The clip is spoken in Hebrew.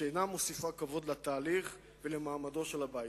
שאינה מוסיפה כבוד לתהליך ולמעמדו של הבית הזה.